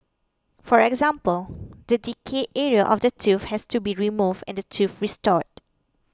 for example the decayed area of the tooth has to be removed and the tooth restored